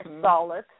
solid